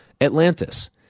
Atlantis